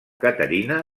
caterina